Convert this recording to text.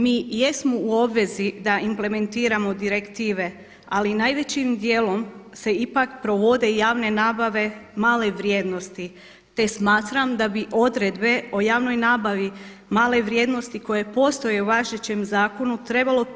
Mi jesmo u obvezi da implementiramo direktive, ali najvećim dijelom se ipak provode i javne nabave male vrijednosti, te smatram da bi odredbe o javnoj nabavi male vrijednosti koje postoje u važećem zakonu trebalo